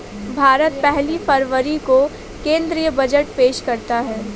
भारत पहली फरवरी को केंद्रीय बजट पेश करता है